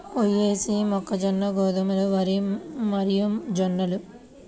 పొయేసీ, మొక్కజొన్న, గోధుమలు, వరి మరియుజొన్నలు